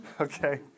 Okay